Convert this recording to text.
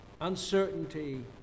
uncertainty